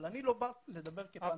אבל אני לא בא לדבר כפן דתי.